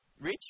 Rich